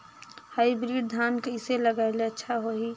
Hybrid धान कइसे लगाय ले अच्छा होही?